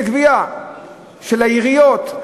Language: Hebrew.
לגבייה של העיריות,